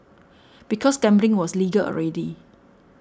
because gambling was legal already